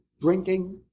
drinking